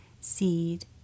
seed